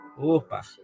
Opa